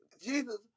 Jesus